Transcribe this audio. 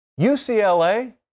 UCLA